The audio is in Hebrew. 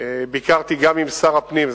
ביקרתי בבית-שמש גם עם שר הפנים,